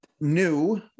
new